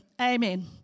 Amen